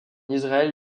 israël